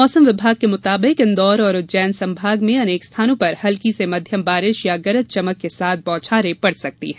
मौसम विभाग के मुताबिक इंदौर और उज्जैन संभाग में अनेक स्थानों पर हल्की से मध्यम बारिश या गरज चमक के साथ बौछारें पड़ सकती है